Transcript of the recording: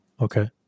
Okay